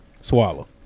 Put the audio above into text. Swallow